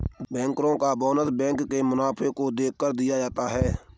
बैंकरो का bonus bank के मुनाफे को देखकर दिया जाता है